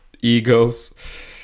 Egos